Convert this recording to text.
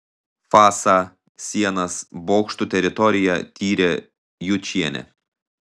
fasą sienas bokštų teritoriją tyrė jučienė